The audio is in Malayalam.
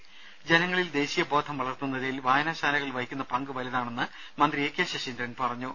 രദേശ ജനങ്ങളിൽ ദേശീയ ബോധം വളർത്തുന്നതിൽ വായനശാലകൾ വഹിക്കുന്ന പങ്ക് വലുതാണെന്ന് മന്ത്രി എ കെ ശശീന്ദ്രൻ പറഞ്ഞു